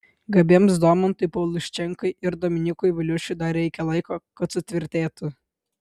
gabiems domantui pauliuščenkai ir dominykui viliušiui dar reikia laiko kad sutvirtėtų